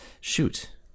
shoot